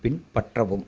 பின்பற்றவும்